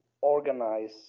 organize